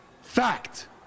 Fact